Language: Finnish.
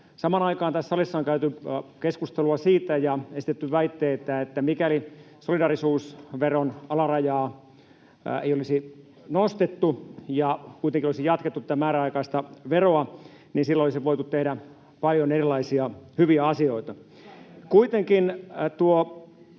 Samaan aikaan tässä salissa on käyty keskustelua ja esitetty väitteitä siitä, että mikäli solidaarisuusveron alarajaa ei olisi nostettu ja kuitenkin olisi jatkettu tätä määräaikaista veroa, niin sillä olisi voitu tehdä paljon erilaisia hyviä asioita. Kuitenkin tuo